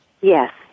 Yes